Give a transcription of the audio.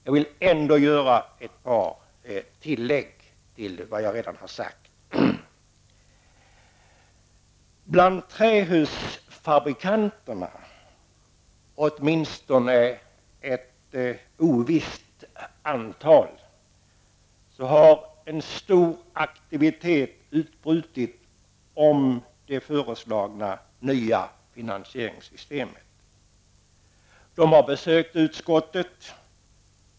Jag vill dock göra ytterligare ett par tillägg. Bland trähusfabrikanterna -- åtminstone bland ett ovisst antal -- har stor aktivitet utbrutit när det gäller det föreslagna nya finansieringssystemet. Man har besökt utskottet.